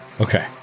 Okay